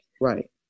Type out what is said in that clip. Right